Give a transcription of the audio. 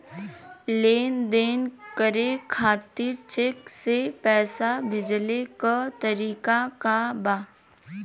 लेन देन करे खातिर चेंक से पैसा भेजेले क तरीकाका बा?